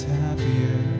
happier